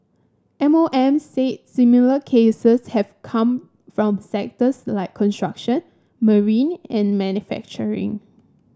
M O M say similar cases have come from sectors like construction marine and manufacturing